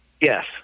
Yes